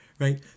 Right